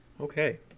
Okay